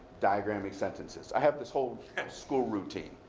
diagramming sentences. i have this whole school routine,